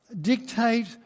dictate